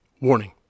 Warning